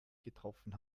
getroffen